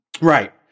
right